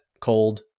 cold